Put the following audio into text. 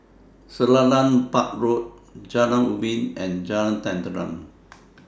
Selarang Park Road Jalan Ubi and Jalan Tenteram